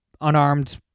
unarmed